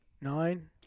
nine